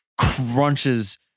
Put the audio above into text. crunches